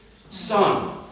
Son